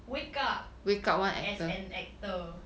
wake up as an actor